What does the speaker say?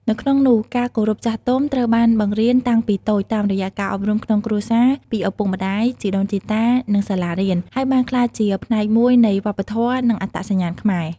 នៅក្នុងនោះការគោរពចាស់ទុំត្រូវបានបង្រៀនតាំងពីតូចតាមរយៈការអប់រំក្នុងគ្រួសារ ពីឪពុកម្ដាយ ជីដូនជីតា និងសាលារៀន ហើយបានក្លាយជាផ្នែកមួយនៃវប្បធម៌ និងអត្តសញ្ញាណខ្មែរ។